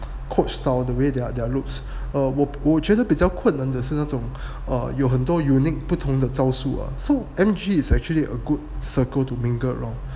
coach style the way they their loops err 我觉得比较困难只是那种啊有很多 unique 不同的招数 so M_G is actually a good circle to mingle around